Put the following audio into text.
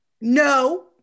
No